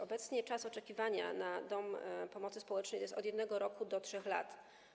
Obecnie czas oczekiwania na dom pomocy społecznej wynosi od 1 roku do 3 lat.